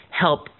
help